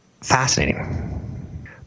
Fascinating